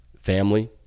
family